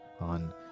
on